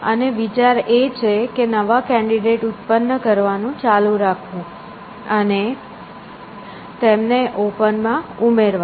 અને વિચાર એ છે કે નવા કેન્ડિડેટ ઉત્પન્ન કરવાનું ચાલુ રાખવું અને તેમને ઓપન માં ઉમેરવા